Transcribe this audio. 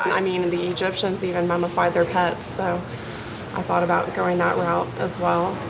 i mean, the egyptians even mummified their pets, so i thought about going that route as well.